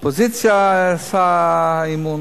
האופוזיציה עשתה אי-אמון,